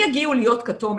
הם יגיעו להיות כתום,